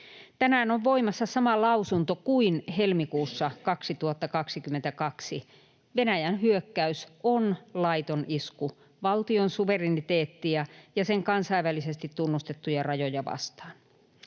Tänään on voimassa sama lausunto kuin helmikuussa 2022: Venäjän hyökkäys on laiton isku valtion suvereniteettia ja sen kansainvälisesti tunnustettuja rajoja vastaan.